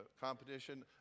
competition